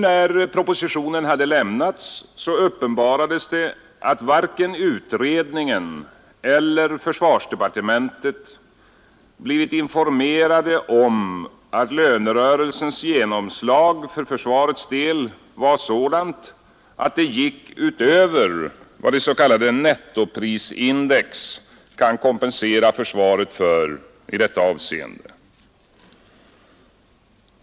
När propositionen hade lämnats uppenbarades det att varken utredningen eller försvarsdepartementet blivit informerade om att lönerörelsens genomslag för försvarets del var sådant att det gick utöver vad det s.k. nettoprisindex kan kompensera försvaret för i detta avseende.